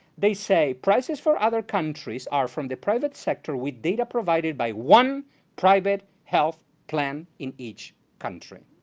they say, prices for other countries are from the private sector with data provided by one private health plan in each country.